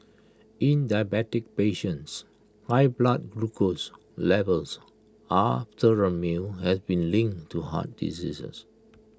in diabetic patients high blood glucose levels after A meal has been linked to heart diseases